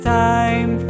time